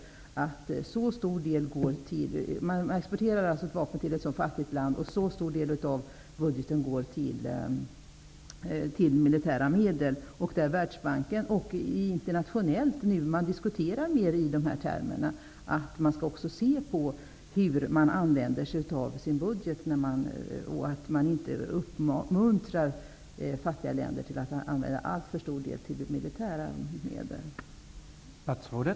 Man exporterar alltså vapen till ett fattigt land där så stor del av budgeten går till militära medel. Man diskuterar nu internationellt, t.ex. i Världsbanken, i dessa termer. Man skall också se till hur landet använder sin budget och inte uppmuntra fattiga länder att använda alltför stor del till militär verksamhet.